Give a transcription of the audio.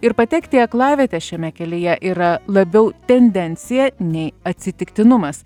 ir patekti į aklavietę šiame kelyje yra labiau tendencija nei atsitiktinumas